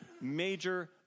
major